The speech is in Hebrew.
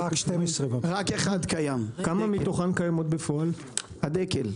רק אחת קיימת, הדקל.